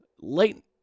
late